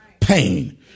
pain